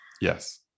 Yes